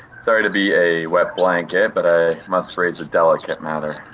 sorry to be a wet blanket, but i must raise a delicate matter.